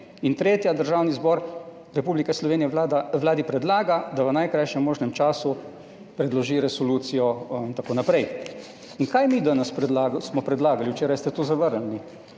In tretja: Državni zbor Republike Slovenije Vladi predlaga, da v najkrajšem možnem času predloži resolucijo in tako naprej. In kaj mi danes smo predlagali? Včeraj ste to zavrnili.